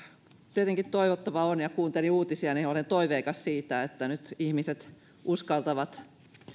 tietenkin toivottavaa on ja kun kuuntelin uutisia niin olen toiveikas siitä että nyt ihmiset uskaltavat